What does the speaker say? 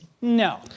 No